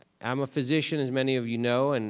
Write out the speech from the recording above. i'm a physician, as many of you know, and